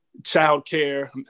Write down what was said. childcare